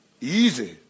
Easy